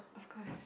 of course